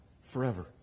forever